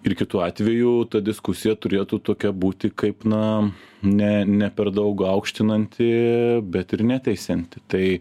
ir kitu atveju ta diskusija turėtų tokia būti kaip na ne ne per daug aukštinanti bet ir neteisianti tai